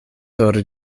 sur